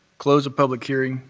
close the public hearing.